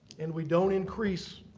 and we don't increase